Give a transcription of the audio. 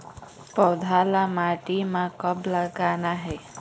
पौधा ला माटी म कब लगाना हे?